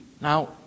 Now